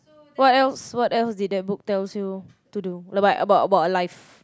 what else what else did that book tells you to do like about about life